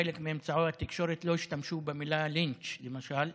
חלק מאמצעי התקשורת לא השתמשו במילה לינץ' למשל,